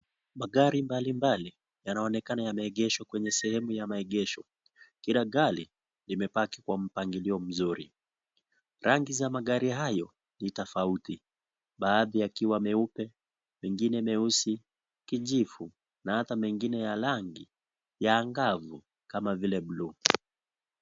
Magari mbali mbali yanaonekana yameegeshwa kwenye sehemu ya maegesho. Kila gali, limepaki kwa mpangilio mzuri. Rangi za magari hayo ni tofauti. Baathi yakiwa meupe, mengine meusi, kijivu, na hata mengine ya rangi, ya angabu kama vile buluu.